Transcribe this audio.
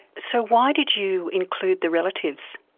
so why did you include the relatives?